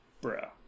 Bro